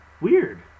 weird